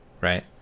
right